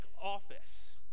office